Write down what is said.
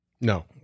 No